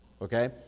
okay